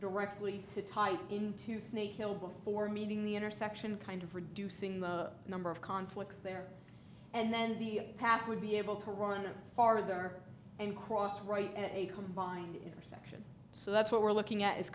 directly to tie into snake hill before meeting the intersection kind of reducing the number of conflicts there and then the path would be able to run it farther and cross right at a combined intersection so that's what we're looking at is